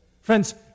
Friends